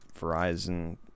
Verizon